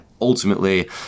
ultimately